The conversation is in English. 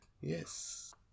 Yes